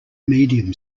medium